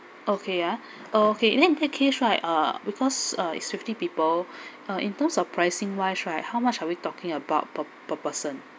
okay ya okay and then in that case right uh because uh it's fifty people uh in terms of pricing wise right how much are we talking about per per person